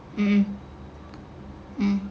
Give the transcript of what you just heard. mm mm